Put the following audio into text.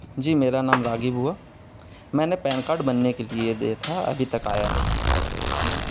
جی میرا نام راقب ہوا میں نے پین کارڈ بننے کے لیے دے تھا ابھی تک آیا نہیں جی